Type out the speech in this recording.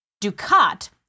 Ducat